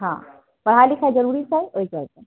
हँ पढ़ाइ लिखाइ जरूरी छै अइ साइडसँ